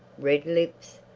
red lips,